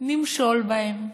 נמשול בהם,